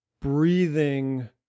breathing